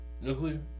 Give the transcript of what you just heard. Nuclear